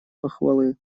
похвалы